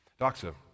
Doxa